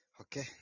Okay